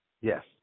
Yes